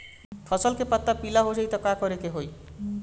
फसल के पत्ता पीला हो जाई त का करेके होई?